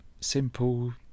simple